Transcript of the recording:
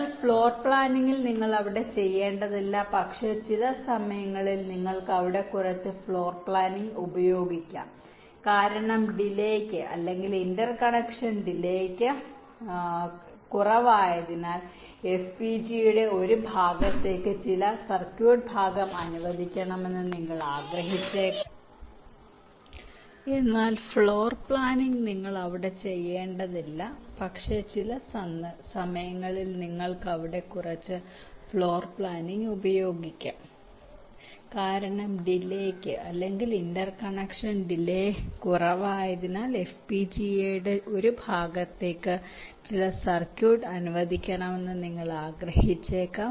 എന്നാൽ floor planning നിങ്ങൾ അവിടെ ചെയ്യേണ്ടതില്ല പക്ഷേ ചില സമയങ്ങളിൽ നിങ്ങൾക്ക് അവിടെ കുറച്ച് ഫ്ലോർ പ്ലാനിംഗ് ഉപയോഗിക്കാം കാരണം delays interconnection delays delays interconnection delays കുറവായതിനാൽ FPGA യുടെ ഒരു ഭാഗത്തേക്ക് ചില സർക്യൂട്ട് ഭാഗം അനുവദിക്കണമെന്ന് നിങ്ങൾ ആഗ്രഹിച്ചേക്കാം